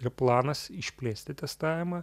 ir planas išplėsti testavimą